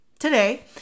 today